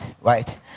Right